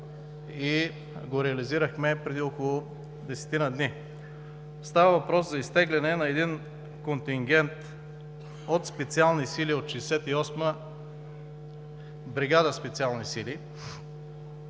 и го реализирахме преди около десетина дни. Става въпрос за изтегляне на един контингент от специални сили от 68-а бригада „Специални сили“.